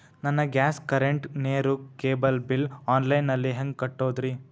ನನ್ನ gas, current, ನೇರು, cable bill online ನಲ್ಲಿ ಹೆಂಗ್ ಕಟ್ಟೋದ್ರಿ?